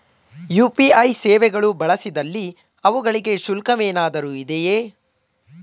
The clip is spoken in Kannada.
ಯು.ಪಿ.ಐ ಸೇವೆಗಳು ಬಳಸಿದಲ್ಲಿ ಅವುಗಳಿಗೆ ಶುಲ್ಕವೇನಾದರೂ ಇದೆಯೇ?